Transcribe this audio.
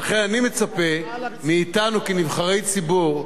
לכן אני מצפה מאתנו, כנבחרי ציבור,